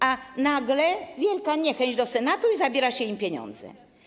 A tu nagle wielka niechęć do Senatu i zabiera się mu pieniądze.